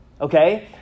Okay